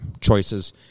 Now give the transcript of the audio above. choices